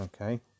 okay